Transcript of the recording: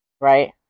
Right